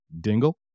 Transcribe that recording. dingle